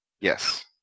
Yes